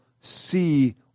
see